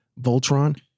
Voltron